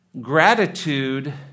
Gratitude